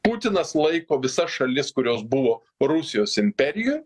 putinas laiko visas šalis kurios buvo rusijos imperija